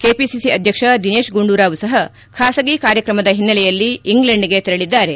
KPC ಅಧ್ಯಕ್ಷ ದಿನೇತ್ ಗುಂಡೂರಾವ್ ಸಹ ಖಾಸಗಿ ಕಾರ್ಯಕ್ರಮದ ಹಿನ್ನೆಲೆಯಲ್ಲಿ ಇಂಗ್ಲೆಂಡ್ಗೆ ತೆರಳಿದ್ದಾರೆ